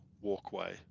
walkway